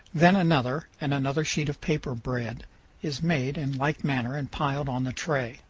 then another and another sheet of paper-bread is made in like manner and piled on the tray.